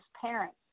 parents